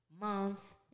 month